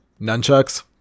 Nunchucks